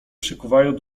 przykuwają